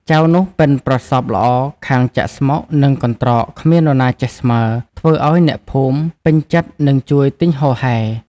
ចៅនោះប៉ិនប្រសប់ល្អខាងចាក់ស្មុគនិងកន្ត្រកគ្មាននរណាចេះស្មើ ធ្វើឱ្យអ្នកភូមិពេញចិត្តនិងជួយទិញហូរហែ។